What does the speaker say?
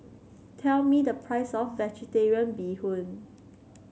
tell me the price of vegetarian Bee Hoon